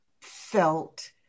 felt